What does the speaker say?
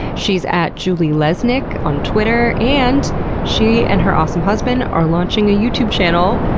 she's at julielesnik on twitter, and she and her awesome husband are launching a youtube channel.